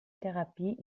therapie